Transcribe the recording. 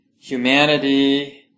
humanity